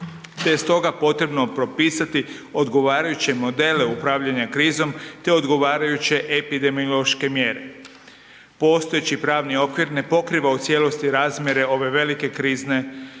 je stoga potrebno propisati odgovarajuće modele upravljanja krizom te odgovarajuće epidemiološke mjere. Postojeći pravni okvir ne pokriva u cijelosti razmjere ove velike krizne